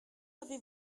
avez